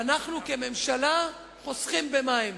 שאנחנו, כממשלה, חוסכים מים.